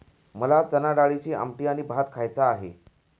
मला चणाडाळीची आमटी आणि भात खायचा आहे